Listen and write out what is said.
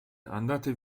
andate